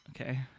Okay